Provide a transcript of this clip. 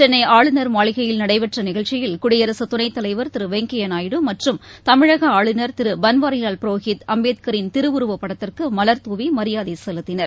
சென்னைஆளுநர் மாளிகையில் நடைபெற்றநிகழ்ச்சியில் குடியரசுத் துறைத் தலைவர் திருவெங்கப்யாநாயுடு மற்றும் தமிழகஆளுநர் திருபள்வாரிலால் புரோஹித் அம்பேத்கரின் திருவுருவப் படத்திற்குமலர் துாவிமரியாதைசெலுத்தினர்